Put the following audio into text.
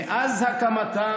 מאז הקמתה